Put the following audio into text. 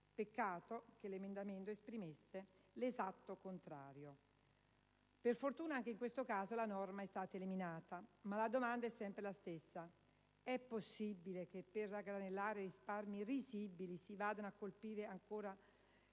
Peccato che l'emendamento esprimesse l'esatto contrario! Per fortuna anche in questo caso la norma è stata eliminata. Ma la domanda è sempre la stessa: è possibile che per raggranellare risparmi risibili si vadano a colpire anche i